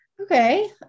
okay